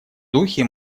духе